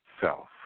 self